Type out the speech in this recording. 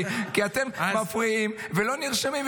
כי אתם מפריעים ולא נרשמים,